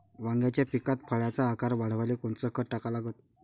वांग्याच्या पिकात फळाचा आकार वाढवाले कोनचं खत टाका लागन?